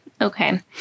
Okay